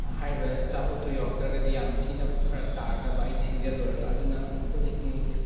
ꯍꯥꯏꯔꯤꯕ ꯑꯆꯥꯄꯣꯠꯇꯣ ꯌꯧꯔꯛꯇ꯭ꯔꯒꯗꯤ ꯌꯥꯝ ꯊꯤꯅ ꯐꯔꯛ ꯇꯥꯔꯗꯕ ꯑꯩ ꯁꯤꯟꯖꯤꯜꯂꯨꯔꯒ ꯑꯗꯨꯅ ꯑꯩꯈꯣꯏ ꯁꯤꯒꯤ